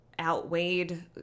outweighed